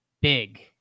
big